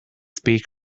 speed